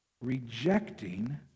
rejecting